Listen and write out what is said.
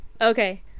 Okay